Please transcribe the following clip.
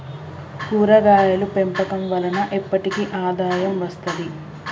కూరగాయలు పెంపకం వలన ఎప్పటికి ఆదాయం వస్తది